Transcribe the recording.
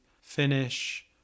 finish